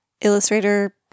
illustrator